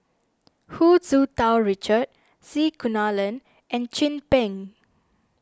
Hu Tsu Tau Richard C Kunalan and Chin Peng